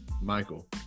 Michael